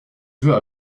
veux